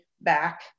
back